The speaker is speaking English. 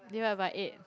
divide by eight